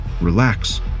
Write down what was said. Relax